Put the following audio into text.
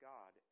God